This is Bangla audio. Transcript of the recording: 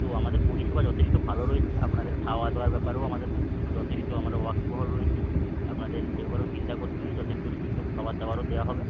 তো আমাদের পরিষেবা যতেষ্ট ভালো রয়েছে আপনাদের খাওয়া দাওয়ার ব্যাপারেও আমদের যথেষ্ট আমরা ওয়াকিবহাল রয়েছি আপনাদের সেই ব্যাপারেও চিন্তা করতে হবে না যথেষ্ঠ সুস্থ খাবার দাবারও দেওয়া হবে